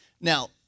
Now